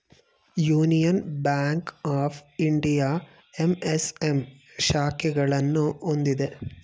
union bank of India MSM ಶಾಖೆಗಳನ್ನು ಹೊಂದಿದೆ